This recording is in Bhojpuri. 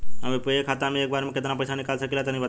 हम यू.पी.आई खाता से एक बेर म केतना पइसा निकाल सकिला तनि बतावा?